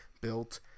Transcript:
built